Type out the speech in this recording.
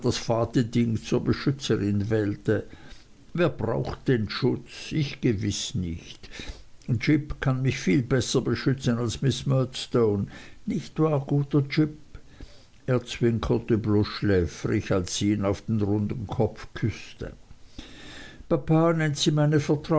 zur beschützerin wählte wer braucht denn schutz ich gewiß nicht jip kann mich viel besser beschützen als miß murdstone nicht wahr guter jip er zwinkerte bloß schläfrig als sie ihn auf den runden kopf küßte